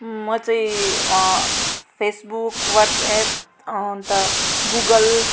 म चाहिँ Facebook WhatsApp अन्त गुगल